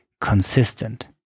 consistent